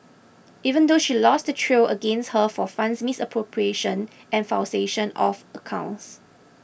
even though she lost the trial against her for funds misappropriation and falsification of accounts